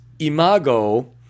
imago